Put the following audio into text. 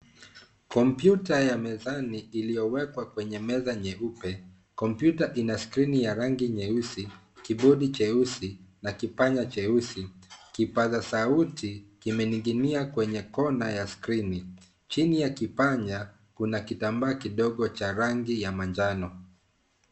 Kompyuta ya mezani iliyowekwa kwenye meza nyeupe. Kompyuta ina skrini ya rangi nyeusi, kibodi cheusi na kipanya cheusi. Kipaza sauti kimening'inia kwenye kona ya skrini. Chini ya kipanya kuna kitambaa kidogo cha rangi ya manjano.